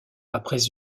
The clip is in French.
après